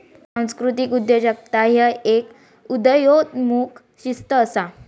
सांस्कृतिक उद्योजकता ह्य एक उदयोन्मुख शिस्त असा